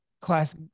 class